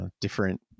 different